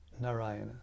Narayana